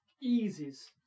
eases